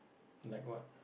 like what